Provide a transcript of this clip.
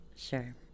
Sure